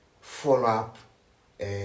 follow-up